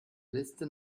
liste